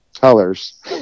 Colors